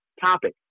topic